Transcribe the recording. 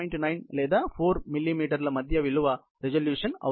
9 లేదా 4 మిల్లీమీటర్ల మధ్య విలువ రిజల్యూషన్ అవుతుంది